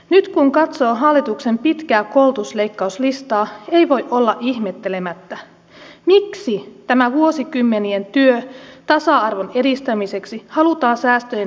nyt kun katsoo hallituksen pitkää koulutusleikkauslistaa ei voi olla ihmettelemättä miksi tämä vuosikymmenien työ tasa arvon edistämiseksi halutaan säästöjen nimissä heittää hukkaan